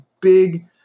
big